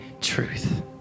truth